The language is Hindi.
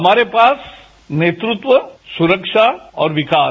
हमारे पास नेतृत्व सुरक्षा और विकास